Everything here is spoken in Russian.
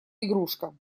игрушка